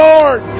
Lord